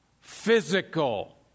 physical